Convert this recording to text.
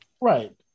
right